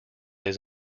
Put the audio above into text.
his